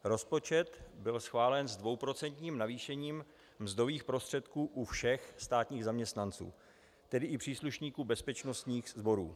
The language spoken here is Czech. Rozpočet byl schválen s dvouprocentním navýšením mzdových prostředků u všech státních zaměstnanců, tedy i příslušníků bezpečnostních sborů.